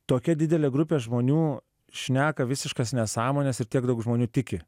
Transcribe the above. tokia didelė grupė žmonių šneka visiškas nesąmones ir tiek daug žmonių tiki